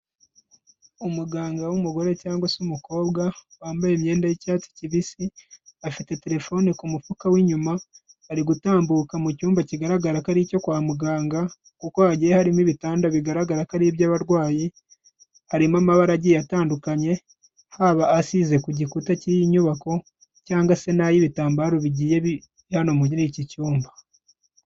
Umuganga w'umugore cyangwa se umukobwa wambaye imyenda y'icyatsi kibisi, afite telefone ku mufuka w'inyuma ari gutambuka mu cyumba kigaragara ko ari icyo kwa muganga, kuko hagiye harimo ibitanda bigaragara ko ari iby'abarwayi, harimo amabara agiye atandukanye haba asize ku gikuta cy'iyi nyubako, cyangwa se n'ay'ibitambaro bigiye biri hano muri iki cyumba.